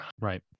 Right